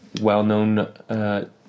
well-known